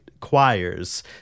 choirs